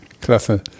Klasse